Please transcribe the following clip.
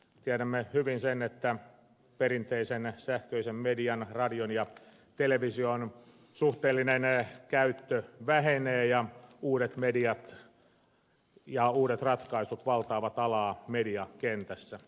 tiedämme hyvin sen että perinteisen sähköisen median radion ja television suhteellinen käyttö vähenee ja uudet mediat ja uudet ratkaisut valtaavat alaa mediakentässä